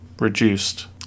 reduced